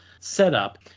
setup